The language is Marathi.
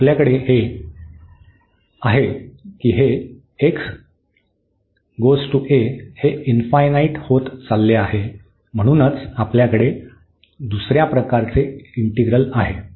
तर आपल्याकडे हे आहे की हे हे इनफायनाईट होत चालले आहे म्हणूनच आपल्याकडे दुसरे प्रकारचे इंटिग्रल आहे